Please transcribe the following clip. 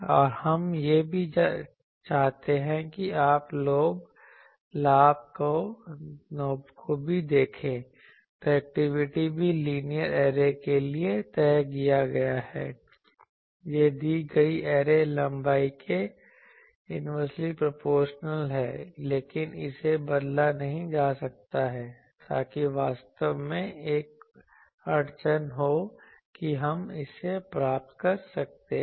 और हम यह भी चाहते हैं कि आप लाभ को भी देखें डायरेक्टिविटी भी लीनियर ऐरे के लिए तय किया गया है यह दी गई ऐरे लंबाई के इन्वर्सली प्रोपोर्शनल है लेकिन इसे बदला नहीं जा सकता है ताकि वास्तव में एक अड़चन हो कि हम इसे प्राप्त कर सकते हैं